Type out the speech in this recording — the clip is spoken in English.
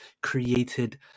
created